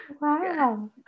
Wow